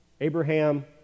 Abraham